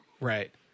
Right